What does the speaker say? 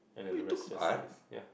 and the rest just is ya